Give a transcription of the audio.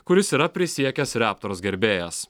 kuris yra prisiekęs reptors gerbėjas